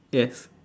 yes